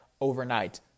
overnight